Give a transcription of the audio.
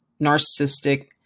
narcissistic